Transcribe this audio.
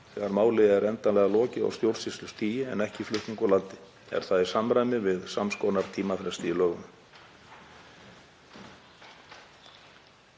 þegar máli er endanlega lokið á stjórnsýslustigi en ekki flutning úr landi. Er það í samræmi við sams konar tímafresti í lögum.